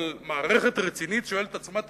אבל מערכת רצינית שואלת את עצמה את